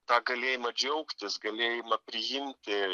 tą galėjimą džiaugtis galėjimą priimti